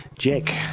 Jake